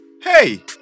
Hey